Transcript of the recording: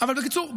אבל בקיצור,